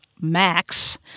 Max